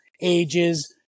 ages